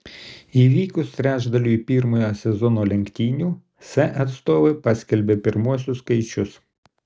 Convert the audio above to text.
įvykus trečdaliui pirmojo sezono lenktynių fe atstovai paskelbė pirmuosius skaičius